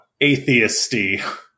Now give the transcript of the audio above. atheisty